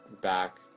back